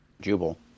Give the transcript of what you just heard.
Jubal